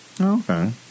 Okay